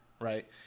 Right